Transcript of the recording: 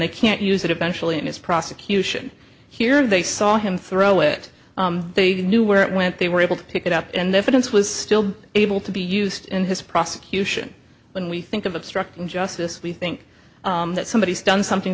they can't use it eventually in his prosecution here and they saw him throw it they knew where it went they were able to pick it up and diffidence was still able to be used in his prosecution when we think of obstructing justice we think that somebody has done something